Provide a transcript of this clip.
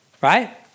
right